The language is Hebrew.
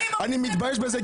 אני מתבייש בזה,